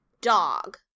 dog